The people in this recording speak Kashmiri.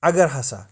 اَگر ہسا